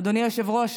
אדוני היושב-ראש,